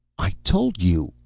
i told you.